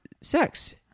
sex